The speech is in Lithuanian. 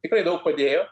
tikrai daug padėjo